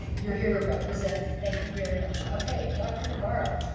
you're here to represent, thank you very much. okay, dr. navarro.